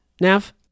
Nav